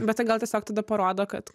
bet tai gal tiesiog tada parodo kad